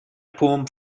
poem